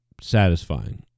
satisfying